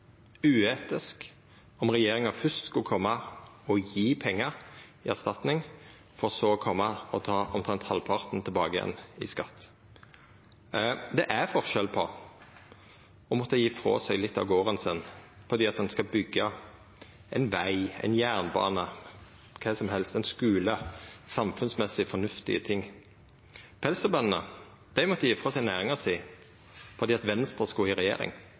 uetisk om regjeringa først skulle koma og gje pengar i erstatning, for så å koma og ta omtrent halvparten tilbake igjen i skatt. Det er forskjell på dette og å måtta gje frå seg litt av garden sin fordi ein skal byggja ein veg, ein jernbane, kva som helst, ein skule – samfunnsmessig fornuftige ting. Pelsdyrbøndene måtte gje frå seg næringa si fordi Venstre skulle i regjering,